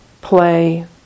play